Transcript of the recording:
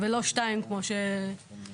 ולא לשתיים כמו שהתכוונתם.